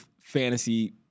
fantasy